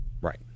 right